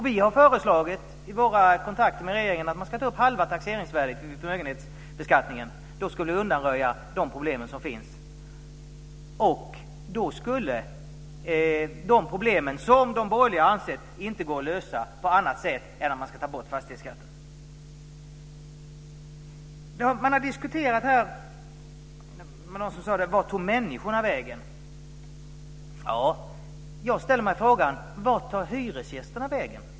Vi har föreslagit i våra kontakter med regeringen att man ska ta upp halva taxeringsvärdet vid förmögenhetsbeskattningen. Då skulle vi undanröja de problem som finns. Då skulle vi också lösa de problem som de borgerliga inte har ansett går att lösa på annat sätt än att ta bort fastighetsskatten. Man har diskuterat det här. Det var någon som frågade: Var tog människorna vägen? Jag ställer mig frågan: Var tar hyresgästerna vägen?